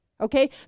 okay